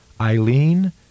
Eileen